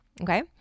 Okay